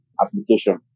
application